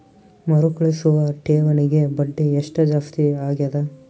ಮರುಕಳಿಸುವ ಠೇವಣಿಗೆ ಬಡ್ಡಿ ಎಷ್ಟ ಜಾಸ್ತಿ ಆಗೆದ?